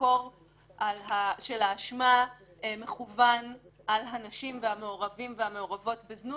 הזרקור של האשמה מכוון על הנשים והמעורבים והמעורבות בזנות,